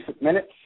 minutes